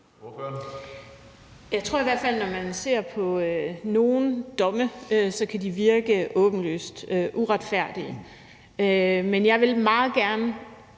Jeg tror i hvert fald, at når man ser på nogle domme, kan de virke åbenlyst uretfærdige,